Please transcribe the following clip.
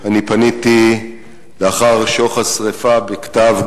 אני פניתי לאחר שוך השרפה בכתב,